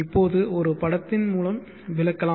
இப்போது ஒரு படத்தின் மூலம் விளக்கலாம்